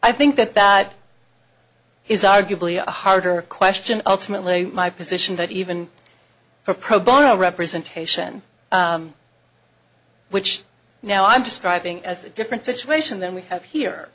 i think that that is arguably a harder question ultimately my position that even for pro bono representation which now i'm describing as a different situation than we have here